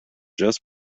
just